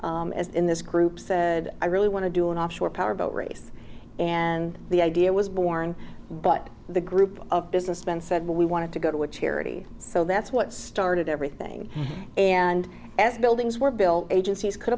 in this group said i really want to do an offshore power boat race and the idea was born but the group of businessmen said we wanted to go to a charity so that's what started everything and as buildings were built agencies could